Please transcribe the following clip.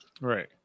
right